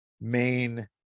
main